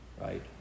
Right